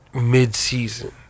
mid-season